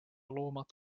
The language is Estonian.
loomad